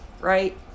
right